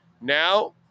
Now